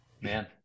man